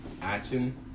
action